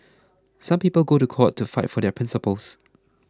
some people go to court to fight for their principles